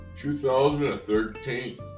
2013